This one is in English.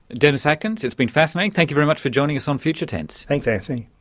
dennis atkins, it's been fascinating, thank you very much for joining us on future tense. thanks antony.